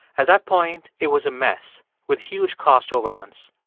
at that point, it was a mess with huge cost overruns.